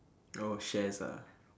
oh shares ah